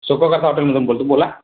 सुखकर्ता हॉटेलमधून बोलतो बोला